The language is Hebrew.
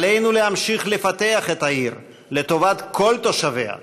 עלינו להמשיך לפתח את העיר לטובת כל תושביה,